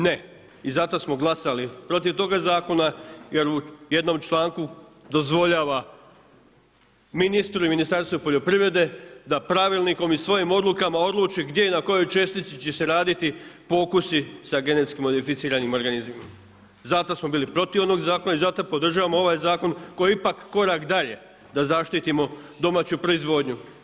Ne, i zato smo glasali protiv toga zakona jer u jednom članku dozvoljava ministru i Ministarstvu poljoprivrede da pravilnikom i svojim odlukama odluči gdje i na kojoj čestici će se raditi pokusi sa GMO-om, zato smo bili protiv onog zakona i zato podržavamo ovaj zakon koji je ipak korak dalje da zaštitimo domaću proizvodnju.